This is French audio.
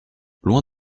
loin